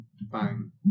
bang